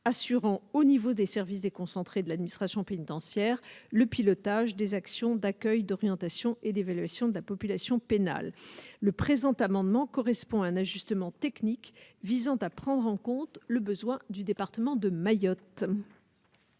assurant au niveau des services déconcentrés de l'administration pénitentiaire, le pilotage des actions d'accueil d'orientation et d'évaluation de la population pénale le présent amendement correspond à un ajustement technique visant à prendre en compte le besoin du département de Mayotte.